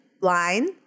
line